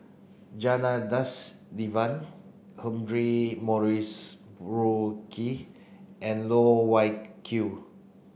Janadas Devan Humphrey Morrison Burkill and Loh Wai Kiew